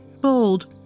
bold